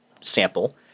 sample